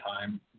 time